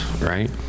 right